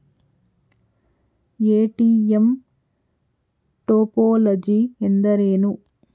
ATM topology ಎಂದರೇನು?